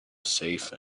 safe